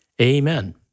amen